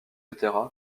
etc